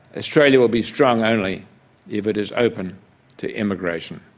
australia will be strong only if it is open to immigration.